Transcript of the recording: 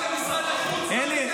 אלי.